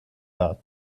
got